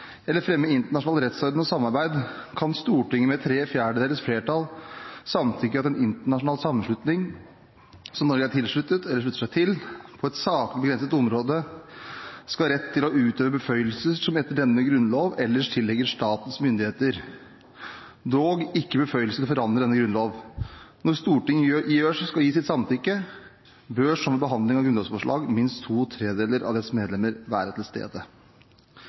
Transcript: eller fremme internasjonal rettsorden og samarbeid kan Stortinget med tre fjerdedels flertall samtykke i at en internasjonal sammenslutning som Norge er tilsluttet eller slutter seg til, på et saklig begrenset område skal ha rett til å utøve beføyelser som etter denne Grunnlov ellers tilligger statens myndigheter, dog ikke beføyelse til å forandre denne Grunnlov. Når Stortinget skal gi sitt samtykke, bør, som ved behandling av grunnlovsforslag, minst to tredjedeler av dets medlemmer være til stede.»